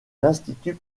l’institut